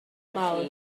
mawr